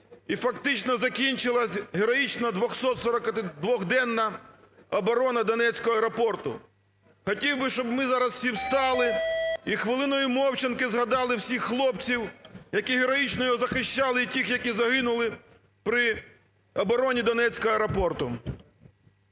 і фактично закінчилась героїчно 242-денна оборона Донецького аеропорту. Хотів би, щоб ми зараз всі встали і хвилиною мовчанки згадали всіх хлопців, які героїчно його захищали і тих, які загинули при обороні Донецького аеропорту.